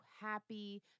happy